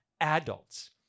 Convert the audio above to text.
adults